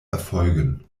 erfolgen